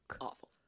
awful